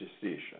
decision